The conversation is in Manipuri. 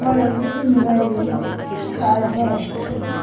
ꯍꯣꯏ ꯑꯩꯈꯣꯏꯁꯨ ꯅꯨꯡꯉꯥꯏꯔꯤꯌꯦ ꯆꯥꯛ ꯆꯥꯔꯕꯣ